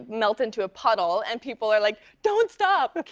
melt into a puddle, and people are like, don't stop! keep